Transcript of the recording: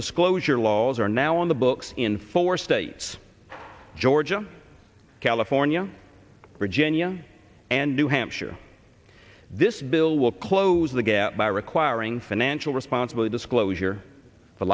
disclosure laws are now on the books in four states georgia california virginia and new hampshire this bill will close the gap by requiring financial responsibly disclosure